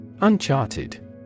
Uncharted